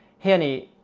honey,